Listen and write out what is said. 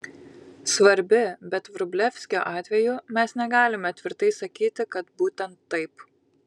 svarbi bet vrublevskio atveju mes negalime tvirtai sakyti kad būtent taip